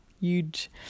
huge